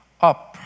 up